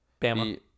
Bama